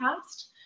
past